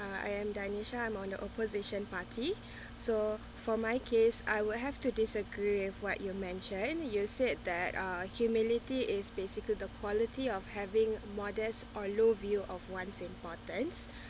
uh I am danisha I'm on the opposition party so for my case I will have to disagree with what you mention you said that uh humility is basically the quality of having modest or low view of one's importance